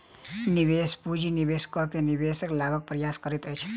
निवेश पूंजी निवेश कअ के निवेशक लाभक प्रयास करैत अछि